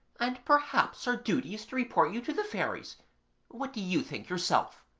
and perhaps our duty is to report you to the fairies what do you think yourself